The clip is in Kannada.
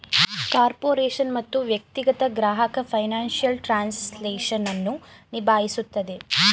ಕಾರ್ಪೊರೇಷನ್ ಮತ್ತು ವ್ಯಕ್ತಿಗತ ಗ್ರಾಹಕ ಫೈನಾನ್ಸಿಯಲ್ ಟ್ರಾನ್ಸ್ಲೇಷನ್ ಅನ್ನು ನಿಭಾಯಿಸುತ್ತದೆ